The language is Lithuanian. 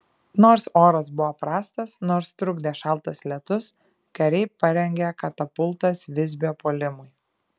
nors oras buvo prastas nors trukdė šaltas lietus kariai parengė katapultas visbio puolimui